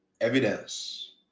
evidence